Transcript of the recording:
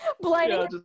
blinding